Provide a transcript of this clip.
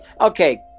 Okay